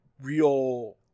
real